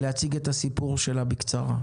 להציג את הסיפור שלה בקצרה.